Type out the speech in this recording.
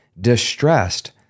distressed